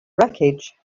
wreckage